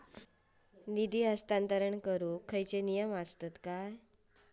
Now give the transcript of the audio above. निधी हस्तांतरण करूक काय नियम असतत काय?